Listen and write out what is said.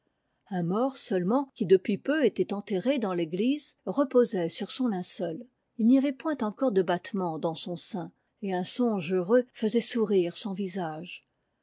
un mort seulement qui de puis peu était enterré dans l'église reposait sur son linceul il n'y avait point encore de battement dans son sein et un songe heureux faisait souci rire son visage